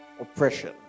oppression